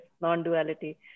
non-duality